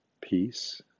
peace